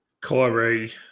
Kyrie